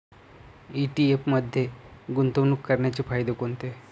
ETF मध्ये गुंतवणूक करण्याचे फायदे कोणते?